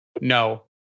No